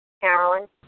Carolyn